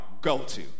go-to